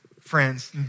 friends